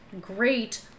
great